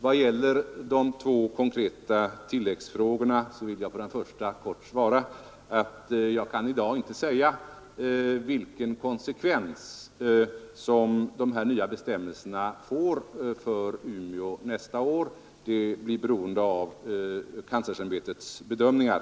På den första tilläggsfrågan vill jag i korthet svara att jag i dag inte kan säga vilken konsekvens de nya bestämmelserna får för Umeå nästa år. Det blir beroende av kanslersämbetets bedömningar.